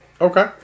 Okay